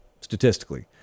statistically